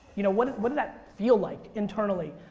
you know what what did that feel like internally?